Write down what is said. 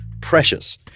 precious